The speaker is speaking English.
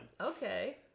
Okay